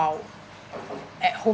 at home